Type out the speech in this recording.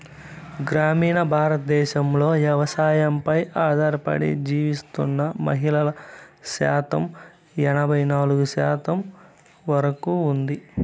గ్రామీణ భారతదేశంలో వ్యవసాయంపై ఆధారపడి జీవిస్తున్న మహిళల శాతం ఎనబై నాలుగు శాతం వరకు ఉంది